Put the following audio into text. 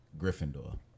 Gryffindor